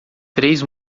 três